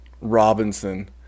Robinson